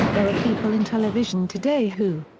there are people in television today who.